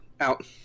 out